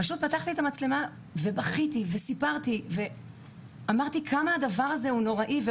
פתחתי את המצלמה ובכיתי וסיפרתי ואמרתי עד כמה הדבר הזה נוראי.